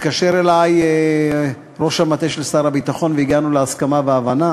התקשר אלי ראש המטה של שר הביטחון והגענו להסכמה והבנה